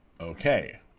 Okay